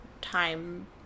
time